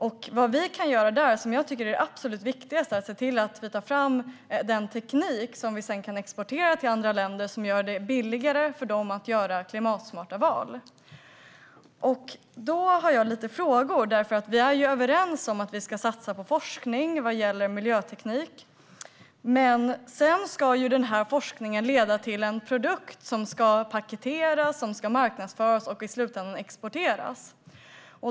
Det absolut viktigaste vi kan göra är att se till att ta fram teknik som vi sedan kan exportera till andra länder för att göra det billigare för dem att göra klimatsmarta val. Jag har några frågor. Vi är överens om att vi ska satsa på forskning vad gäller miljöteknik. Men den forskningen ska leda till en produkt som ska paketeras, marknadsföras och i slutänden exporteras.